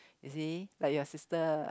is he like your sister